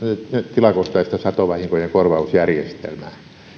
tilakohtaista satovahinkojen korvausjärjestelmää